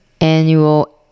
annual